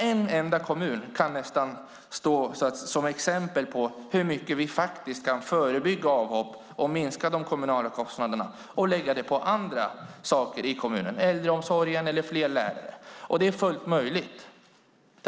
En enda kommun kan nästan stå som exempel på hur mycket vi kan förebygga avhoppen, minska de kommunala kostnaderna och lägga pengarna på andra saker i kommunen: äldreomsorgen eller fler lärare. Det är fullt möjligt.